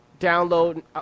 download